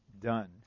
done